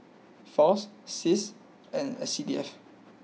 Fas Cis and S C D F